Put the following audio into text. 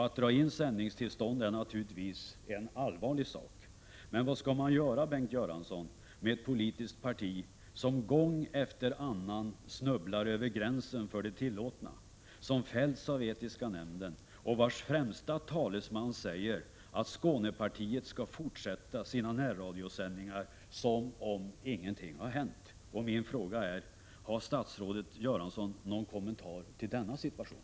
Att dra in ett sändningstillstånd är naturligtvis en allvarlig sak. Men vad skall man göra, Bengt Göransson, med ett politiskt parti som gång efter annan snubblar över gränsen för det tillåtna, som fälls av den etiska nämnden och vars främsta talesman säger att Skånepartiet skall fortsätta sina närradiosändningar som om ingenting har hänt? Jag frågar också: Har statsrådet Göransson någon kommentar till denna situation?